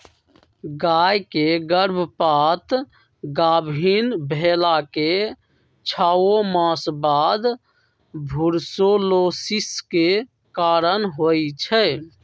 गाय के गर्भपात गाभिन् भेलाके छओ मास बाद बूर्सोलोसिस के कारण होइ छइ